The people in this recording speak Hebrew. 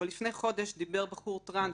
אבל לפני חודש דיבר בחור טרנס,